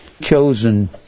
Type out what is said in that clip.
chosen